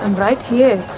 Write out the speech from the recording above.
right here.